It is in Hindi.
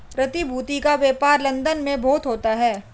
प्रतिभूति का व्यापार लन्दन में बहुत होता है